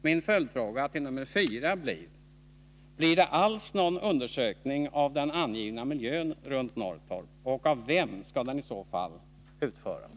Min följdfråga till fråga 4 är: Blir det alls någon undersökning av den omgivande miljön runt Norrtorp, och av vem skall den i så fall utföras?